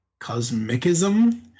Cosmicism